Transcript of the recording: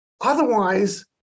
Otherwise